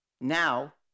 now